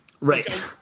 Right